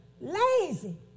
Lazy